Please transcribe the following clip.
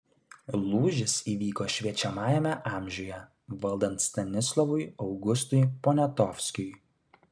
lūžis įvyko šviečiamajame amžiuje valdant stanislovui augustui poniatovskiui